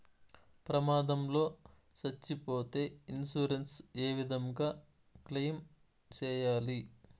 ప్రమాదం లో సచ్చిపోతే ఇన్సూరెన్సు ఏ విధంగా క్లెయిమ్ సేయాలి?